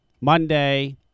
Monday